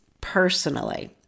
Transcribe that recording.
personally